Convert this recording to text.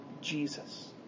Jesus